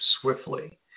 swiftly